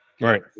right